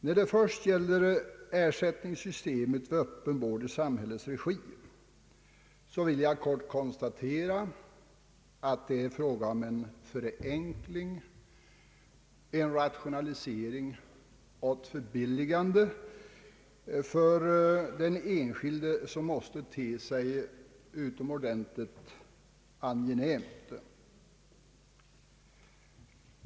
Vad först beträffar ersättningssystemet med öppen vård i samhällets regi kan jag helt kort konstatera att det här är fråga om en förenkling, en rationalisering och ett förbilligande för den enskilde som måste te sig utomordentligt angenämt.